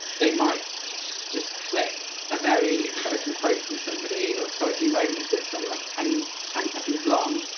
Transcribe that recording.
they might just clip a very exciting quote from somebody, or exciting moment, that's say like ten ten seconds long,